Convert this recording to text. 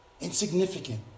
insignificant